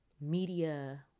media